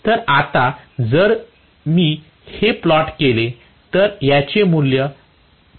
तर आता जर मी हे हे प्लॉट केले तर ह्याचे मूल्य कसे असेल